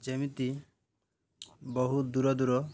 ଯେମିତି ବହୁତ ଦୂର ଦୂର